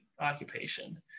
occupation